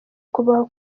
kubaho